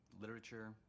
literature